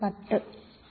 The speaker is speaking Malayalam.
9 10